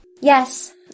Yes